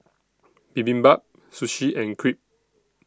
Bibimbap Sushi and Crepe